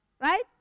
right